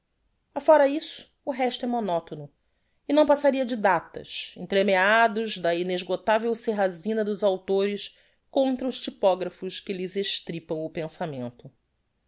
afóra isso o resto é monotono e não passaria de datas entremeados da inexgotavel serrazina dos authores contra os typographos que lhes estripam o pensamento